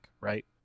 right